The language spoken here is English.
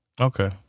Okay